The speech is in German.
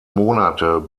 monate